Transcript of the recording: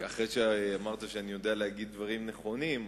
אחרי שאמרת שאני יודע להגיד דברים נכונים,